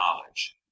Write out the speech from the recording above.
knowledge